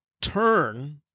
turn